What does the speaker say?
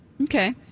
Okay